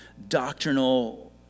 Doctrinal